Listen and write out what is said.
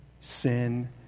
sin